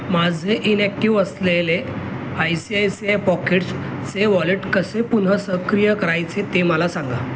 माझे इनॅक्टिव्ह असलेले I C I C I पॉकेट्सचे वॉलेट कसे पुन्हा सक्रिय करायचे ते मला सांगा